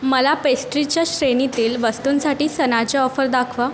मला पेस्ट्रीच्या श्रेणीतील वस्तूंसाठी सणाच्या ऑफर दाखवा